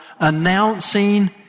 announcing